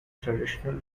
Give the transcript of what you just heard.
traditional